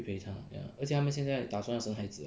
去陪她 ya 而且他们现在打算要生孩子 [what]